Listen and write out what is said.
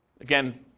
Again